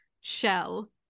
shell